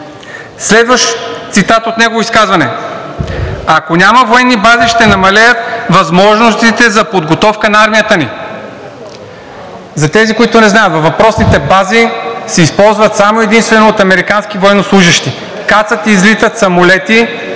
Следващ цитат от негово изказване: „Ако няма военни бази, ще намалеят възможностите за подготовка на армията ни.“ За тези, които не знаят, въпросните бази се използват само и единствено от американски военнослужещи. Кацат и излитат самолети,